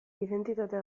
identitate